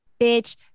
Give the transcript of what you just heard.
bitch